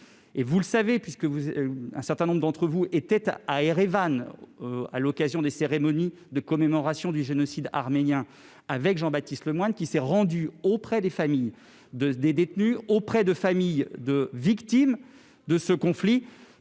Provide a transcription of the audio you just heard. Vous le savez, puisqu'un certain nombre d'entre vous était à Erevan, à l'occasion des cérémonies de commémoration du génocide arménien, avec Jean-Baptiste Lemoyne. Ce dernier s'est rendu auprès des familles de détenus ou de victimes de ce conflit,